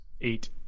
Eight